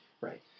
right